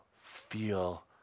feel